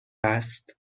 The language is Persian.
است